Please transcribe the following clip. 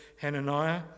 Hananiah